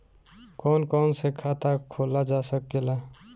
कौन कौन से खाता खोला जा सके ला?